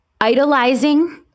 idolizing